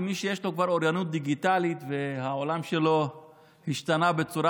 למי שיש לו כבר אוריינות דיגיטלית והעולם שלו השתנה בצורה